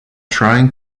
trying